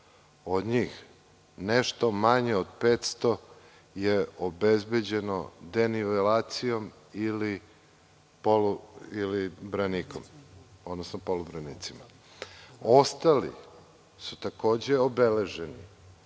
Od njih nešto manje od 500 je obezbeđeno denivelacijom ili branikom, odnosno polubranicima. Ostali su takođe obeleženi